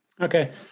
Okay